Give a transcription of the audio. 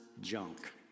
junk